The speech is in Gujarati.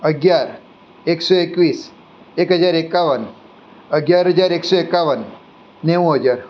અગિયાર એકસો એકવીસ એક હજાર એકાવન અગિયાર હજાર એકસો એકાવન નેવું હજાર